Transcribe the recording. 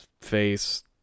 face